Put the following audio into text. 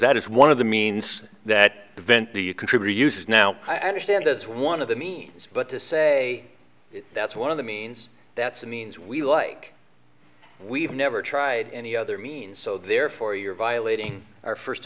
that is one of the means that event the you contribute is now i understand as one of the means but to say that's one of the means that some means we like we have never tried any other means so therefore you're violating our first